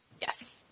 Yes